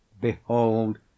Behold